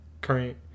current